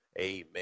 Amen